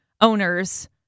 owners